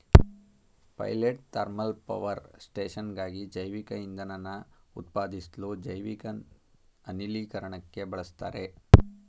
pilot thermal power ಸ್ಟೇಷನ್ಗಾಗಿ ಜೈವಿಕಇಂಧನನ ಉತ್ಪಾದಿಸ್ಲು ಜೈವಿಕ ಅನಿಲೀಕರಣಕ್ಕೆ ಬಳುಸ್ತಾರೆ